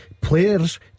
Players